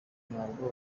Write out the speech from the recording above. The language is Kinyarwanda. ntabwo